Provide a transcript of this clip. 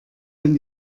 denn